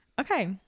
Okay